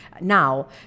now